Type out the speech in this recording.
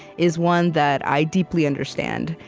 is one that i deeply understand.